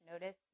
notice